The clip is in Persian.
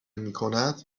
میکند